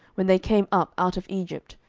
when they came up out of egypt,